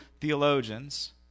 theologians